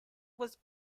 was